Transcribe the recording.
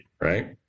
right